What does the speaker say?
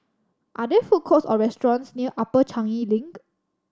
are there food courts or restaurants near Upper Changi Link